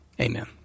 amen